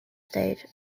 stage